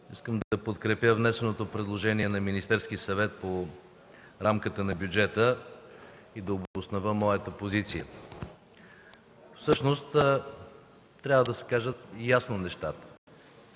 Искам да подкрепя внесеното предложение на Министерския съвет по рамката на бюджета и да обоснова моята позиция. Всъщност трябва да се кажат ясно нещата.